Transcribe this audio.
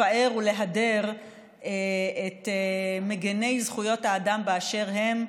לפאר ולהדר את מגיני זכויות האדם באשר הם,